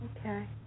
Okay